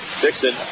Dixon